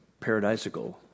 paradisical